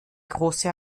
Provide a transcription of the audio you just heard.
große